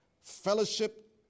Fellowship